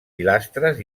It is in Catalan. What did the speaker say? pilastres